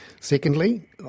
Secondly